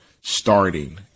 starting